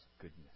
goodness